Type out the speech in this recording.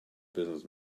business